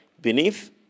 beneath